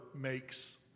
makes